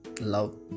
love